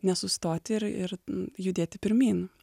nesustot ir ir judėti pirmyn